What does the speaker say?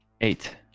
eight